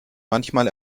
manchmal